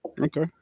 Okay